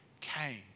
came